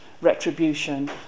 retribution